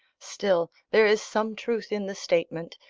still, there is some truth in the statement,